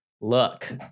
Look